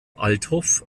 althoff